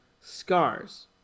scars